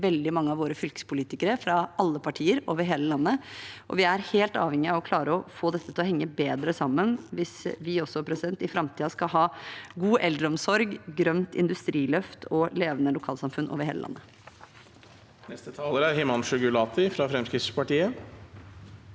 veldig mange av våre fylkespolitikere fra alle partier over hele landet. Vi er helt avhengig av å klare å få dette til å henge bedre sammen hvis vi også i framtiden skal ha god eldreomsorg, grønt industriløft og levende lokalsamfunn over hele landet. Himanshu Gulati (FrP)